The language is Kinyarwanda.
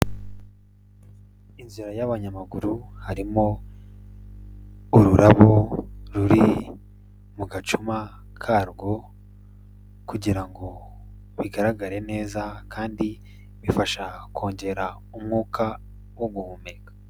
Inzira y'abanyamaguru harimo, ururabo ruri, mu gacuma karwo, kugira ngo bigaragare neza, kandi bifasha kongera umwuka wo guhumeka.